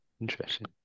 Interesting